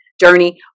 Journey